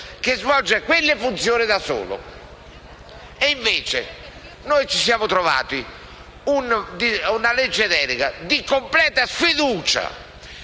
che svolge quelle funzioni da solo. Invece, noi ci siamo ritrovati una legge delega di completa sfiducia,